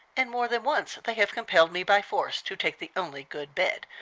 and more than once they have compelled me by force to take the only good bed,